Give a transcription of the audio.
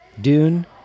Dune